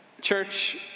church